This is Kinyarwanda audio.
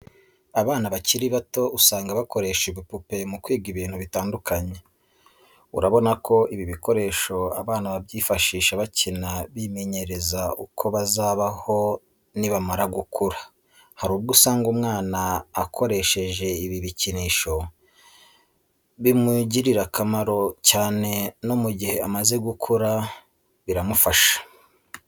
Abana bakiri bato usanga bakoresha ibipupe mu kwiga ibintu bitandukanye, urabona ko ibi bikoresho abana babyifashisha bakina bimenyereza uko bazabaho nibamara gukura. Hari ubwo usanga umwana akoresheje ibi bikinisho bimugirira akamaro cyane no mu gihe amaze gukura biramufasha.